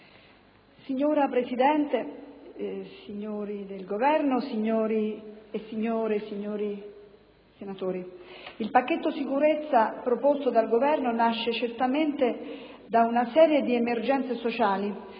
Signora Presidente, signori del Governo, signore e signori senatori, il pacchetto sicurezza proposto dal Governo nasce certamente da una serie di emergenze sociali,